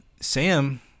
sam